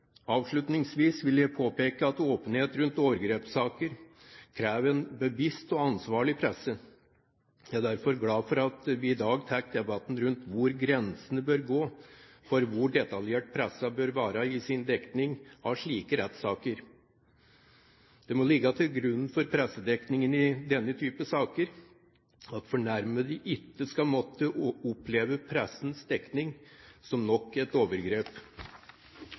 Avslutningsvis vil jeg påpeke at åpenhet rundt overgrepssaker krever en bevisst og ansvarlig presse. Jeg er derfor glad for at vi i dag tar debatten om hvor grensene bør gå for hvor detaljert pressen bør være i sin dekning av slike rettssaker. Det må ligge til grunn for pressedekningen i denne type saker at fornærmede ikke skal måtte oppleve pressens dekning som nok et overgrep.